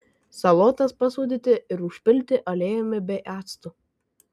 salotas pasūdyti ir užpilti aliejumi bei actu